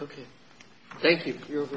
ok thank you for your